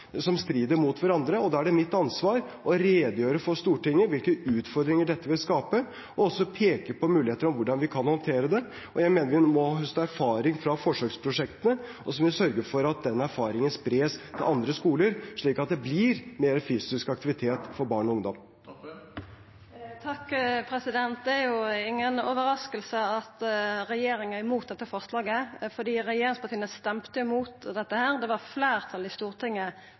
som strider mot hverandre, og da er det mitt ansvar å redegjøre for Stortinget om hvilke utfordringer dette vil skape, og også peke på muligheter for hvordan vi kan håndtere det. Jeg mener vi må høste erfaring fra forsøksprosjektene, og så må vi sørge for at den erfaringen spres til andre skoler, slik at det blir mer fysisk aktivitet for barn og ungdom. Det er inga overrasking at regjeringa er imot dette forslaget, for regjeringspartia stemde mot dette. Det var fleirtalet i Stortinget